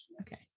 Okay